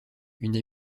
une